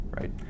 right